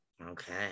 Okay